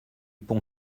pont